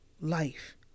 life